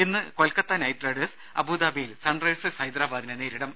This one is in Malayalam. ഇന്ന് കൊൽക്കത്ത നൈറ്റ് റൈഡേഴ്സ് അബുദാബിയിൽ സൺറൈസേഴ്സ് ഹൈദരാബാദിനെ നേരിടും